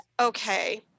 okay